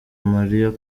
mariah